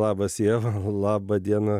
labas ieva laba diena